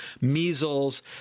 measles